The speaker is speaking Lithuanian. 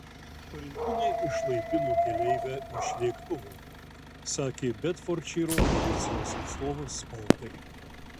pareigūnai išlaipino keleivę iš lėktuvo sakė bedfordšyro policijos atstovas spaudai